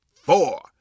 four